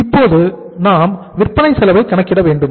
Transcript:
இப்போது நாம் விற்பனை செலவை கணக்கிட வேண்டும்